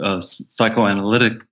psychoanalytic